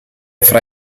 fra